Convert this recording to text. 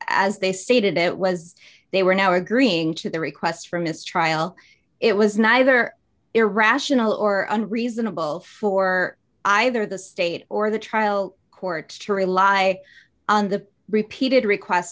as they stated it was they were now agreeing to the request for a mistrial it was neither irrational or reasonable for either the state or the trial court to rely on the repeated requests